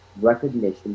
recognition